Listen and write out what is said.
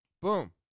boom